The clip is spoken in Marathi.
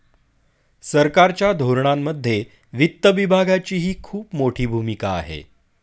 सरकारच्या धोरणांमध्ये वित्त विभागाचीही खूप मोठी भूमिका आहे